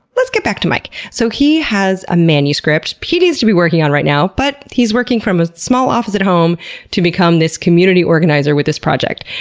let's get back to mike! so he has a manuscript he needs to be working on right now, but he's working from a small office at home to become this community organizer with this project.